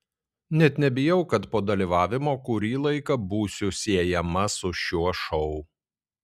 net nebijau kad po dalyvavimo kurį laiką būsiu siejama su šiuo šou